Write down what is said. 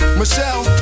michelle